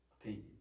Opinion